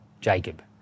Jacob